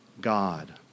God